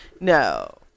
No